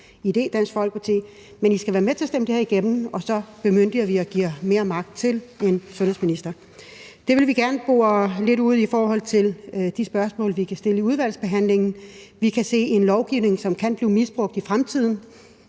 I skal være med til at stemme det her igennem, og så bemyndiger vi og giver mere magt til en sundhedsminister. Det vil vi gerne bore lidt ud i forhold til de spørgsmål, vi kan stille i udvalgsbehandlingen. Vi kan se en lovgivning, som kan blive misbrugt i fremtiden